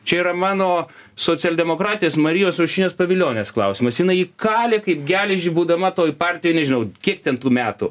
čia yra mano socialdemokratės marijos aušrinės pavilionės klausimas jinai jį kalė kaip geležį būdama toj partijoj nežinau kiek ten tų metų